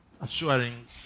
assuring